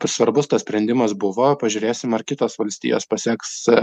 svarbus tas sprendimas buvo pažiūrėsim ar kitos valstijos paseks